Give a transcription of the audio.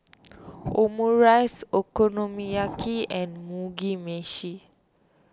Omurice Okonomiyaki and Mugi Meshi